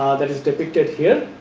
that is depicted here